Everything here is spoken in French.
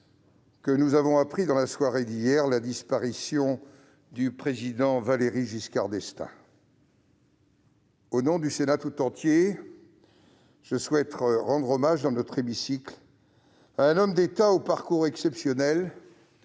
que nous avons appris, dans la soirée d'hier, la disparition du Président Valéry Giscard d'Estaing. Au nom du Sénat tout entier, je souhaite rendre hommage, dans notre hémicycle, à un homme d'État au parcours exceptionnel,